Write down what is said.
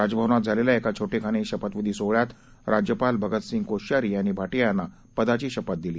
राजभवन थे झालेल्या एका छोटेखानी शपथविधी सोहळ्यात राज्यपाल भगतसिंह कोश्यारी यांनी भाटीया यांना पदाची शपथ दिली